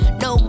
no